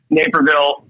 Naperville